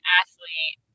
athlete